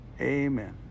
amen